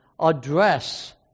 address